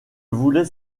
voulais